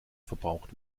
verbraucht